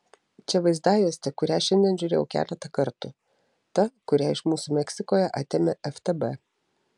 čia vaizdajuostė kurią šiandien žiūrėjau keletą kartų ta kurią iš mūsų meksikoje atėmė ftb